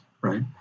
right